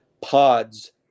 pods